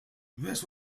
this